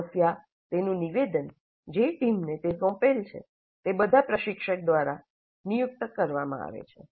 સમસ્યા તેનું નિવેદન જે ટીમને તે સોંપેલ છે તે બધા પ્રશિક્ષક દ્વારા નિયુક્ત કરવામાં આવે છે